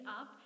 up